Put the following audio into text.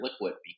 liquid